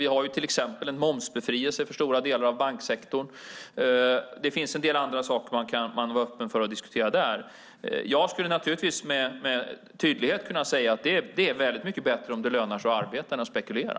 Vi har till exempel en momsbefrielse för stora delar av banksektorn. Det finns en del andra saker man kan vara öppen för att diskutera där. Jag skulle naturligtvis med tydlighet kunna säga att det är mycket bättre om det lönar sig mer att arbeta än att spekulera.